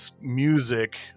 music